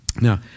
Now